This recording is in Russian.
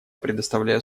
предоставляю